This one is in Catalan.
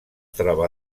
troba